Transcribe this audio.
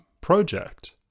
project